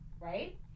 right